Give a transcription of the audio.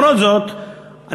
למרות זאת,